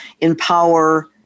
empower